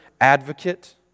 advocate